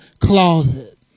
closet